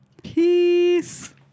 Peace